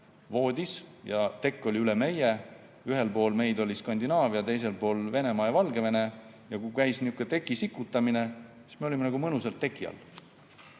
voodis ja tekk oli üle meie, ühel pool meid oli Skandinaavia, teisel pool olid Venemaa ja Valgevene, ning kui käis niisugune teki sikutamine, siis me olime mõnusalt teki all.